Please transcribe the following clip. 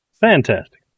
Fantastic